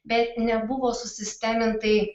bet nebuvo susistemintai